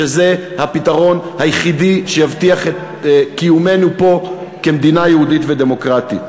שזה הפתרון היחיד שיבטיח את קיומנו פה כמדינה יהודית ודמוקרטית.